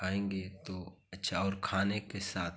खाएंगे तो अच्छा और खाने के साथ